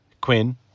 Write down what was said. Quinn